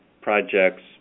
projects